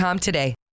today